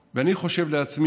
כזו,